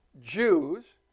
Jews